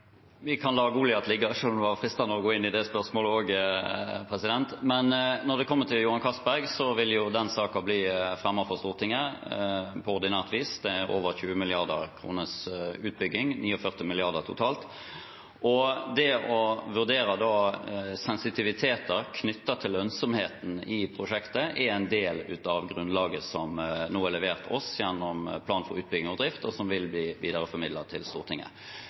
Vi kan la Goliat ligge – selv om det var fristende å gå inn i det spørsmålet også. Når det gjelder Johan Castberg, vil den saken bli fremmet for Stortinget på ordinært vis, det er en utbygging på over 20 mrd. kr, 49 mrd. kr totalt. Det å vurdere sensitivitet knyttet til lønnsomheten i prosjektet er en del av grunnlaget som nå er levert til oss gjennom plan for utbygging og drift, og som vil bli videreformidlet til Stortinget.